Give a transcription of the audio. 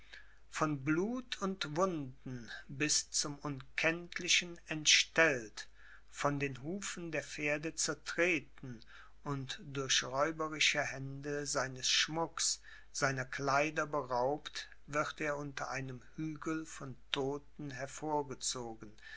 von blut und wunden bis zum unkenntlichen entstellt von den hufen der pferde zertreten und durch räuberische hände seines schmucks seiner kleider beraubt wird er unter einem hügel von todten hervorgezogen